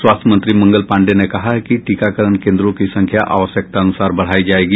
स्वास्थ्य मंत्री मंगल पांडे ने कहा कि टीकाकरण केंद्रों की संख्या आवश्यकतानुसार बढ़ाई जाएगी